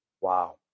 Wow